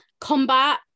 Combat